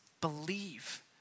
believe